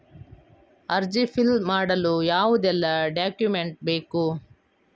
ಅರ್ಜಿ ಫಿಲ್ ಮಾಡಲು ಯಾವುದೆಲ್ಲ ಡಾಕ್ಯುಮೆಂಟ್ ಬೇಕು?